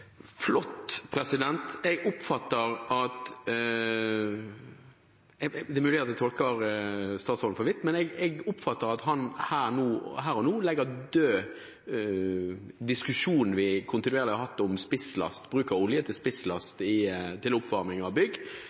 Det er mulig jeg tolker statsråden for vidt, men jeg oppfatter at han her og nå legger død den diskusjonen vi kontinuerlig har hatt om spisslast, bruk av olje til oppvarming av bygg.